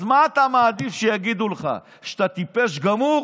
אז מה אתה מעדיף שיגידו לך, שאתה טיפש גמור